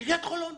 עיריית חולון.